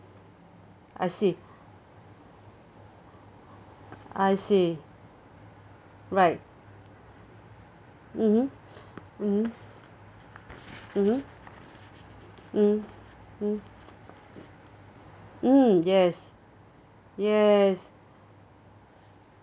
I see I see right mmhmm mmhmm mmhmm mm mm mm yes yes